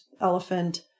elephant